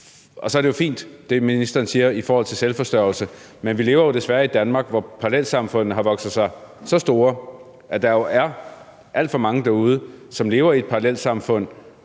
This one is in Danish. Og så er det, ministeren siger i forhold til selvforsørgelse, fint, men vi lever jo desværre i Danmark med, at parallelsamfundene har vokset sig så store, at der er alt for mange derude, som lever i et parallelsamfund,